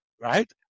right